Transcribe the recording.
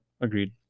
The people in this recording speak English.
Agreed